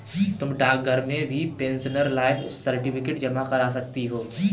तुम डाकघर में भी पेंशनर लाइफ सर्टिफिकेट जमा करा सकती हो